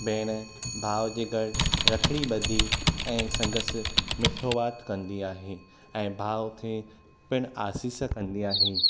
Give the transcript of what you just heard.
भेण भाउ जे घर रखिड़ी ब॒धी ऐं संदसि मिठो वाति कंदी आहे ए भाऊ खे पिण आसिस कंदी आहे